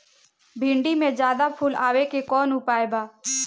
भिन्डी में ज्यादा फुल आवे के कौन उपाय बा?